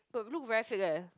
but look very fake eh